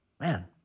Man